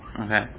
Okay